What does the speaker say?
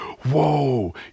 whoa